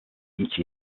each